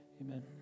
amen